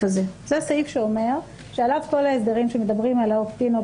שאומר שעל אף כל ההסדרים שמדברים על אופט אין,